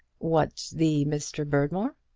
what the mr. berdmore?